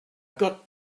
got